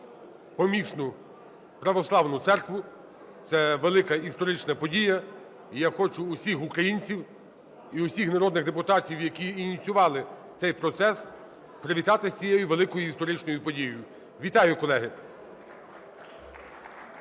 помісну православну церкву – це велика історична подія, і я хочу всіх українців, і всіх народних депутатів, які ініціювали цей процес, привітати з цією великою історичною подією. Вітаю, колеги!